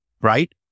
right